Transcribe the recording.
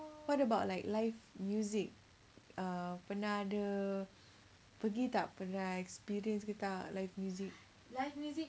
what about like live music err pernah ada pergi tak dengan experience ke tak live music